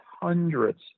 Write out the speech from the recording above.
hundreds